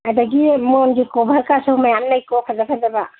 ꯑꯗꯒꯤ ꯃꯣꯟꯒꯤ ꯀꯣꯚꯔꯀꯥꯁꯨ ꯃꯌꯥꯝ ꯂꯩꯀꯣ ꯐꯖ ꯐꯖꯕ